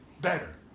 better